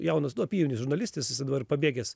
jaunas nu apyjaunis žurnalistas jisai dabar pabėgęs